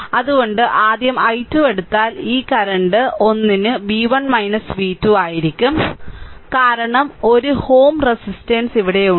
അതിനാൽ ആദ്യം i 2 എടുത്താൽ ഈ കറന്റ് 1 ന് v1 v2 ആയിരിക്കും കാരണം ഒരു Ω റെസിസ്റ്റന്സ് ഇവിടെയുണ്ട്